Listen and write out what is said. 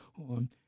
on